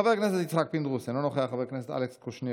חברת הכנסת מירב בן ארי,